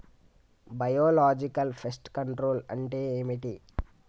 Biological pest control అంటే ఏమిటి?